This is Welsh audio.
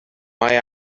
mae